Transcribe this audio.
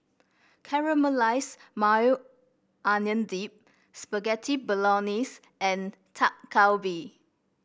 Caramelize Maui Onion Dip Spaghetti Bolognese and Dak Galbi